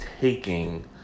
taking